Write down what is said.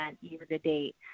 year-to-date